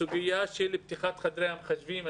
הסוגיה של פתיחת חברי המחשבים.